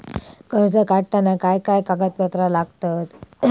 कर्ज काढताना काय काय कागदपत्रा लागतत?